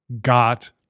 got